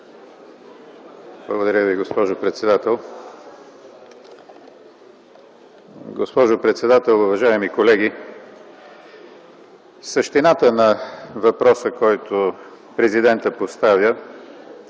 Благодаря Ви, госпожо председател. Госпожо председател, уважаеми колеги! Същината на въпроса, който Президентът поставя,